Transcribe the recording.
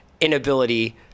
inability